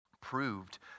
proved